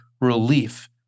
relief